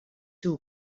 two